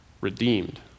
redeemed